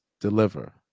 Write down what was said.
deliver